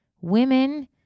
Women